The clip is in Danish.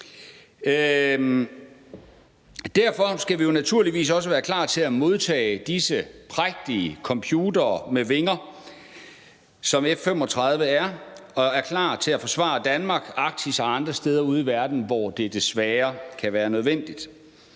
Derfor skal vi naturligvis også være klar til at modtage disse prægtige computere med vinger, som F-35 er, og som er klar til forsvare Danmark, Arktis og andre steder ude i verden, hvor det desværre kan være nødvendigt.